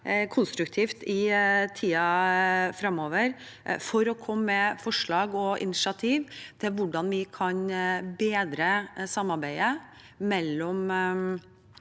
konstruktivt i tiden framover for å komme med forslag og initiativ til hvordan vi kan bedre samarbeidet mellom